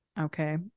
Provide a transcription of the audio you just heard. okay